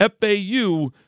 FAU